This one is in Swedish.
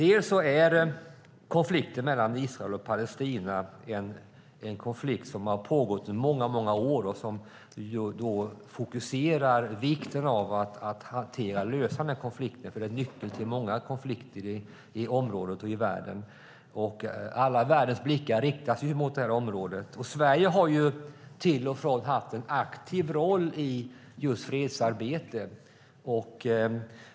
Ett skäl är att konflikten mellan Israel och Palestina har pågått under många år. Vi fokuserar på vikten av att hantera och lösa konflikten. Den är nyckeln till många konflikter i området och i världen. Hela världens blickar riktas mot området. Sverige har till och från haft en aktiv roll i fredsarbetet.